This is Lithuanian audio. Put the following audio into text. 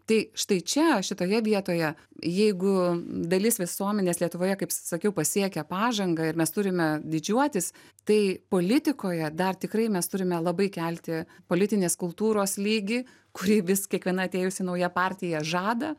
tai štai čia šitoje vietoje jeigu dalis visuomenės lietuvoje kaip sakiau pasiekė pažangą ir mes turime didžiuotis tai politikoje dar tikrai mes turime labai kelti politinės kultūros lygį kurį vis kiekviena atėjusi nauja partija žada